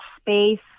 space